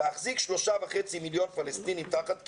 להחזיק 3.5 מיליון פלסטינים תחת כיבוש,